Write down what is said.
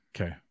Okay